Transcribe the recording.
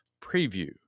preview